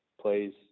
plays